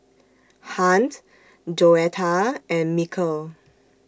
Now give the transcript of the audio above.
Hunt Joetta and Mikel